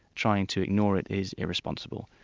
trying to ignore it is irresponsible.